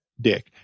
Dick